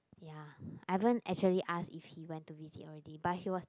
ya I haven't actually ask if he went to visit already but he was